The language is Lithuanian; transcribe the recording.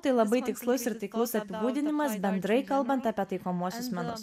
tai labai tikslus ir taiklus apibūdinimas bendrai kalbant apie taikomuosius menus